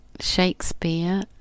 Shakespeare